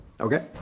Okay